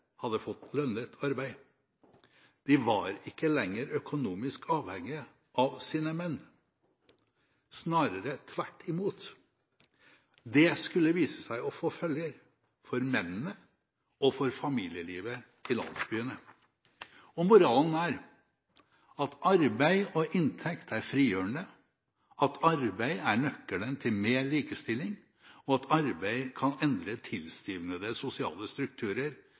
hadde hatt lønnet arbeid. De var ikke lenger økonomisk avhengig av sine menn – snarere tvert imot. Det skulle vise seg å få følger for mennene og for familielivet i landsbyene. Moralen er at arbeid og inntekt er frigjørende, at arbeid er nøkkelen til mer likestilling, og at arbeid kan endre tilstivnede sosiale strukturer,